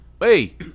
Hey